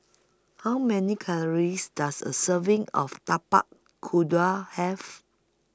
How Many Calories Does A Serving of Tapak Kuda Have